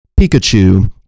Pikachu